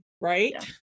Right